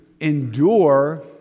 endure